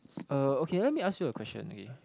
uh okay let me ask you a question okay